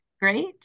great